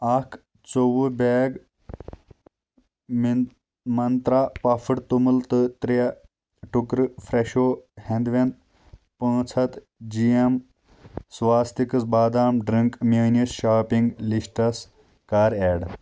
اکھ ژۄوُہ بیگ مِن منٛترٛا پَفٕڈ توٚمُل تہٕ ترٛےٚ ٹُکرٕ فرٛٮ۪شو ہٮ۪نٛد وٮ۪نٛد پانٛژھ ہتھ جی اٮ۪م سواستِکٕس بادام ڈرِٛنٛک میٲنِس شاپنگ لسٹَس کَر